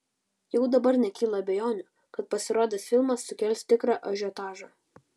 jau dabar nekyla abejonių kad pasirodęs filmas sukels tikrą ažiotažą